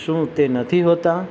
શું તે નથી હોતાં